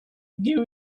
give